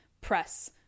press